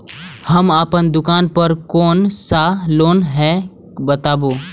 हम अपन दुकान पर कोन सा लोन हैं बताबू?